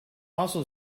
also